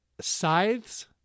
scythes